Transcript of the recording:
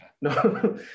No